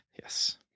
Yes